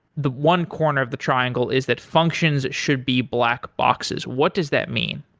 the one corner of the triangle is that functions should be black boxes. what does that mean?